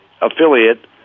affiliate